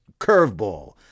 curveball